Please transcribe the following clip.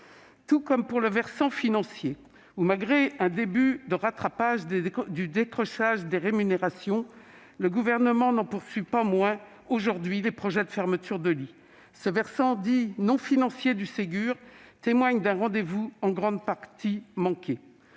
santé. Sur le versant financier, malgré un début de rattrapage du décrochage des rémunérations, le Gouvernement n'en poursuit pas moins aujourd'hui les projets de fermeture de lits. De même, le versant dit « non financier » du Ségur témoigne d'un rendez-vous en grande partie manqué.